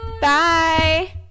Bye